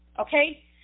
okay